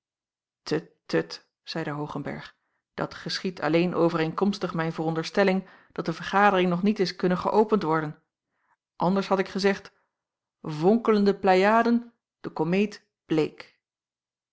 tut zeide hoogenberg dat geschiedt alleen overeenkomstig mijn veronderstelling dat de vergadering nog niet is kunnen geöpend worden anders had ik gezegd vonkelende pleiaden de komeet bleek